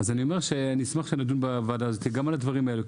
אני אומר שאני אשמח שנדון בוועדה הזאת גם על הדברים האלה.